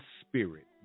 spirit